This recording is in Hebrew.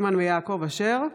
התשפ"ג 2022,